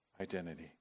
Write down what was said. identity